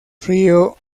río